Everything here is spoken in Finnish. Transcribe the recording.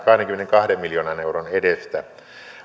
kahdenkymmenenkahden miljoonan euron edestä